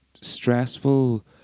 stressful